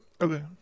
Okay